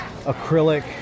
acrylic